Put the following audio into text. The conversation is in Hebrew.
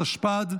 התשפ"ד